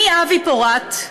אני אבי פורת,